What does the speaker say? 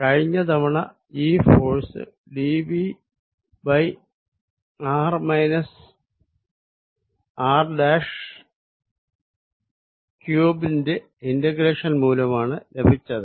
കഴിഞ്ഞ തവണ ഈ ഫോഴ്സ് dvr r3 ന്റെ ഇന്റഗ്രേഷൻ മൂലമാണ് ലഭിച്ചത്